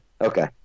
okay